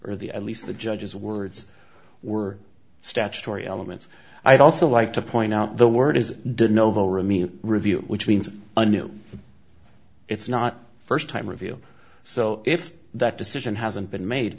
or the at least the judge's words were statutory elements i'd also like to point out the word is did no remedial review which means a new it's not first time review so if that decision hasn't been made